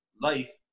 life